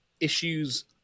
issues